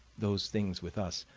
those things, with us,